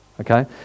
okay